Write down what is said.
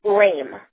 lame